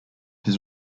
his